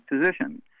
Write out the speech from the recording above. physician